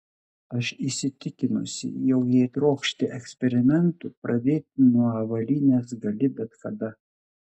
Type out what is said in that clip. aš įsitikinusi jog jei trokšti eksperimentų pradėti nuo avalynės gali bet kada